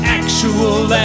actual